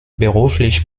beruflich